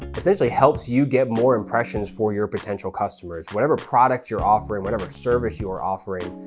essentially helps you get more impressions for your potential customers. whatever product you're offering, whatever service you are offering,